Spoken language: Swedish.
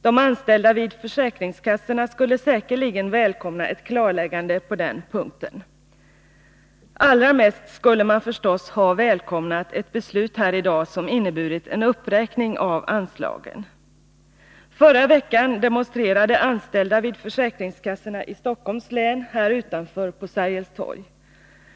De anställda vid försäkringskassorna skulle säkerligen välkomna ett klarläggande på den punkten. Allra mest skulle man förstås ha välkomnat ett beslut här i dag som inneburit en uppräkning av anslagen. Förra veckan demonstrerade anställda vid försäkringskassorna i Stockholms län här utanför på Sergels torg.